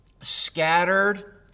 scattered